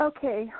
Okay